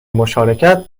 مشارکت